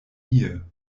hier